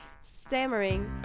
stammering